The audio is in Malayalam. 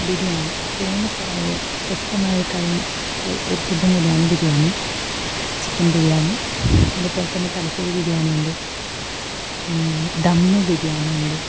ബിരിയാണി ഫേമസായത് പ്രശസ്തമായ ഒരു കാര്യം ഒരു ഫുഡും കൂടിയാണ് ബിരിയാണി ചിക്കൻ ബിരിയാണി അതുപോലെ തന്നെ തലശ്ശേരി ബിരിയാണിയുണ്ട് പിന്നെ ധം ബിരിയാണി ഉണ്ട്